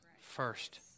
first